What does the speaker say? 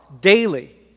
daily